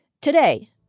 today